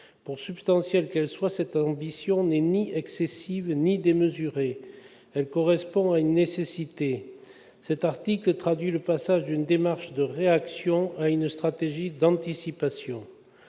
Pour substantielle qu'elle soit, cette ambition n'est ni excessive ni démesurée. Elle correspond à une nécessité. Cet article traduit le passage d'une démarche de réaction à une stratégie d'anticipation.